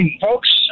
folks